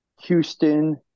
Houston